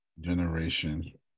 generation